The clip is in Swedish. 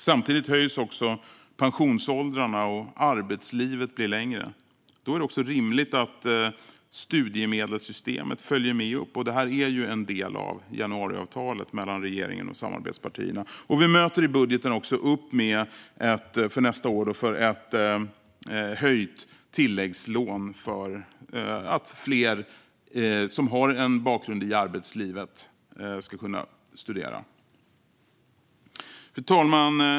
Samtidigt höjs pensionsåldrarna, och arbetslivet blir längre. Då är det rimligt att studiemedelssystemet följer med. Detta är ju en del av januariavtalet mellan regeringen och samarbetspartierna. Vi möter i budgeten för nästa år också upp med ett höjt tilläggslån för att fler som har en bakgrund i arbetslivet ska kunna studera. Fru talman!